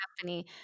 company